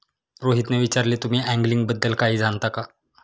रोहितने विचारले, तुम्ही अँगलिंग बद्दल काही जाणता का?